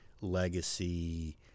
legacy